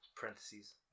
parentheses